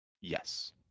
Yes